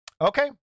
Okay